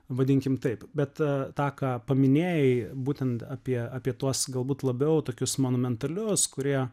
vadinkim taip bet tą ką paminėjai būtent apie apie tuos galbūt labiau tokius monumentalius kurie